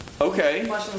Okay